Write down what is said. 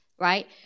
right